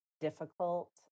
difficult